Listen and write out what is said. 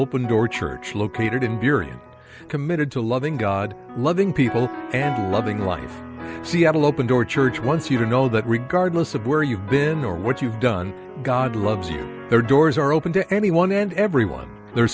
open door church located in theory and committed to loving god loving people and loving life seattle open door church once you know that regardless of where you've been or what you've done god loves their doors are open to anyone and everyone their